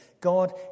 God